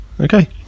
okay